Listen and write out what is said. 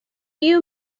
you